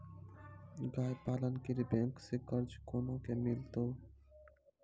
गाय पालन के लिए बैंक से कर्ज कोना के मिलते यो?